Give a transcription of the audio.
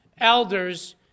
elders